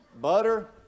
Butter